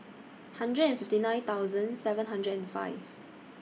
hundred and fifty nine thousand seven hundred and five